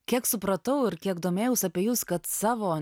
kiek supratau ir kiek domėjausi apie jus kad savo